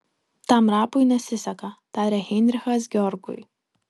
tam rapui nesiseka tarė heinrichas georgui